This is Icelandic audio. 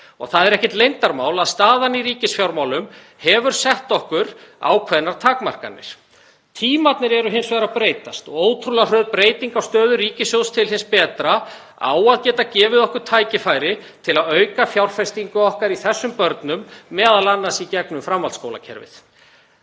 og það er ekkert leyndarmál að staðan í ríkisfjármálum hefur sett okkur ákveðnar skorður. Tímarnir eru hins vegar að breytast og ótrúlega hröð breyting á stöðu ríkissjóðs til hins betra á að geta gefið okkur tækifæri til að auka fjárfestingu okkar í þessum börnum, m.a. í gegnum framhaldsskólakerfið.